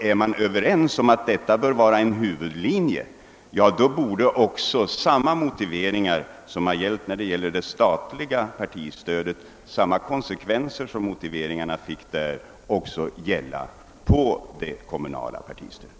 Är man överens om att detta bör vara en huvudlinje, borde de konsekvenser som dessa motiveringar fick i fråga om det statliga partistödet få slå igenom också när det gäller det kommunala partistödet.